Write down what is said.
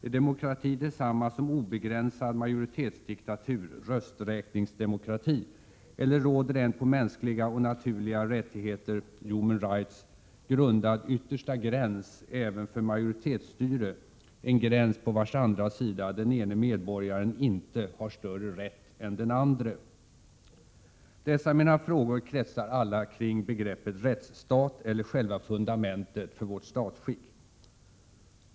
Är demokrati detsamma som obegränsad majoritetsdiktatur, rösträkningsdemokrati, eller råder det en på mänskliga och naturliga rättigheter — ”human rights” — grundad yttersta gräns även för majoritetsstyre, en gräns på vars andra sida den ene medborgaren icke har större rätt än den andre? Dessa mina frågor kretsar alla kring begreppet rättsstat eller själva fundamentet för vårt statsskick.